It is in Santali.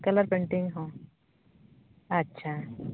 ᱠᱟᱞᱟᱨ ᱯᱮᱱᱴᱤᱝ ᱦᱚᱸ ᱟᱪᱪᱷᱟ